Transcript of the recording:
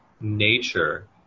nature